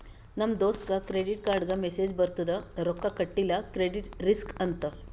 ನಮ್ ದೋಸ್ತಗ್ ಕ್ರೆಡಿಟ್ ಕಾರ್ಡ್ಗ ಮೆಸ್ಸೇಜ್ ಬರ್ತುದ್ ರೊಕ್ಕಾ ಕಟಿಲ್ಲ ಕ್ರೆಡಿಟ್ ರಿಸ್ಕ್ ಅಂತ್